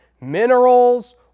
minerals